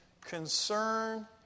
concern